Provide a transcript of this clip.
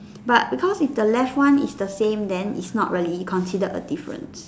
but because if the left one is the same then it's not really considered a difference